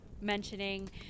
mentioning